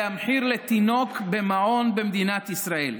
זה המחיר של מעון לתינוק במדינת ישראל.